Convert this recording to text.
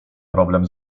problem